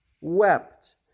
wept